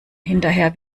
hinterher